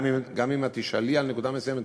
וגם אם את תשאלי על נקודה מסוימת,